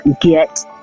get